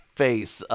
face